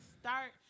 start